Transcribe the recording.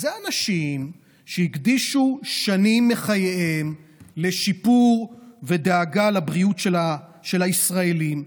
זה אנשים שהקדישו שנים מחייהם לשיפור ודאגה לבריאות של הישראלים,